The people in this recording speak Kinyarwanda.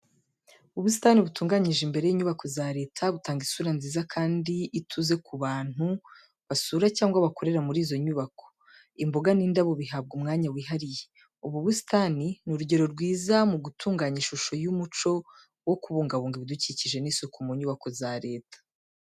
Ubusitani butunganyije imbere y’inyubako za Leta butanga isura nziza kandi ituze ku bantu basura cyangwa bakorera muri izo nyubako. Imboga n'indabo bihabwa umwanya wihariye, Ubu busitani ni urugero rwiza mu gutanga ishusho y’umuco wo kubungabunga ibidukikije n’isuku mu nyubako za Leta.